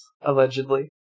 allegedly